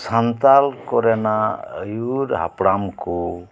ᱥᱟᱱᱛᱟᱞ ᱠᱚᱨᱮᱱᱟᱜ ᱟᱹᱭᱩᱨ ᱦᱟᱯᱲᱟᱢ ᱠᱚ